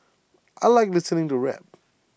I Like listening to rap